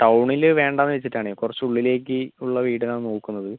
ടൗണിൽ വേണ്ടെന്നു വച്ചിട്ടാണ് കുറച്ചുള്ളിലേക്ക് ഉള്ള വീടാണ് നോക്കുന്നത്